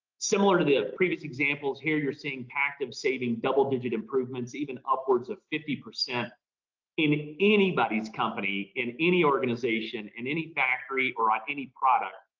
similar to the previous examples here, you're seeing packet of saving double digit improvements even upwards of fifty percent in anybody's company in any organization in any factory or ah any product,